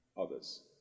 others